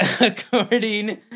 According